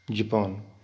Japan